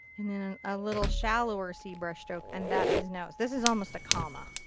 and then ah a little shallower c brushstroke, and that's his nose. this is almost a comma.